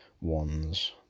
ones